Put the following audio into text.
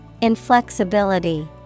Inflexibility